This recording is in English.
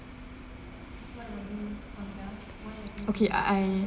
okay I I